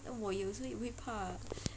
我有时也会怕